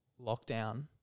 lockdown